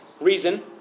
reason